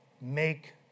Make